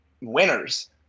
winners